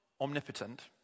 omnipotent